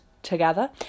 together